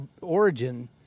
origin